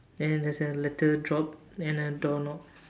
and there is a letter drop and a door knob